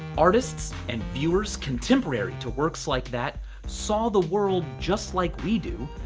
artists and viewers contemporary to works like that saw the world just like we do,